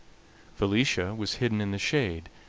felicia was hidden in the shade,